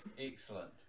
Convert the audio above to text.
excellent